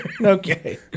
Okay